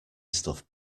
stuff